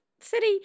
city